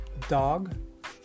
Dog